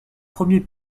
premiers